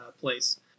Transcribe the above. place